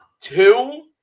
Two